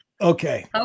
okay